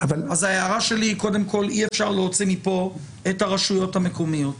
אז ההערה שלי היא קודם כל שאי אפשר להוציא מפה את הרשויות המקומיות.